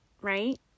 right